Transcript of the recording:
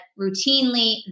routinely